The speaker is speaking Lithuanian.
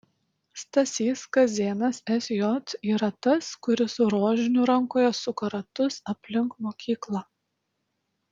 stasys kazėnas sj yra tas kuris su rožiniu rankoje suka ratus aplink mokyklą